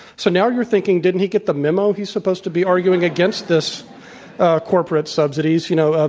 so now you're thinking, didn't he get the memo he's supposed to be arguing against this corporate subsidies, you know,